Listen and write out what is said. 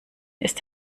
ist